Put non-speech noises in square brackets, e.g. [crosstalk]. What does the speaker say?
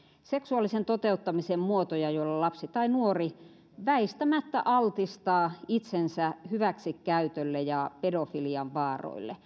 seksuaalisuuden toteuttamisen muotoja joilla lapsi tai nuori väistämättä altistaa itsensä hyväksikäytölle ja pedofilian vaaroille [unintelligible]